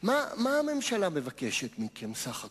מה הממשלה מבקשת מכם בסך הכול,